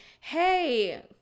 Hey